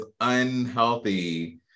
unhealthy